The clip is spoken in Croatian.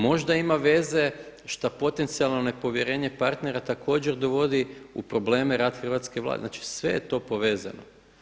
Možda ima veze šta potencijalno nepovjerenje partnera također dovodi u probleme rad hrvatske Vlade, znači sve je to povezano.